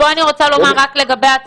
רוצה להזכיר שאולמות התרבות יודעים לווסת